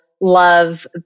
love